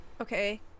Okay